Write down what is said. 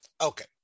Okay